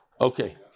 Okay